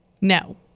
No